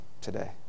today